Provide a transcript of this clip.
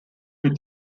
mit